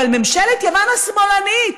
אבל ממשלת יוון השמאלנית